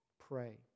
pray